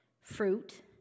fruit